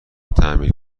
تعمیر